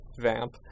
vamp